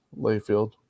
Layfield